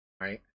right